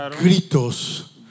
gritos